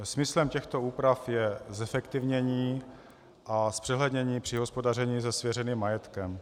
Smyslem těchto úprav je zefektivnění a zpřehlednění při hospodaření se svěřeným majetkem.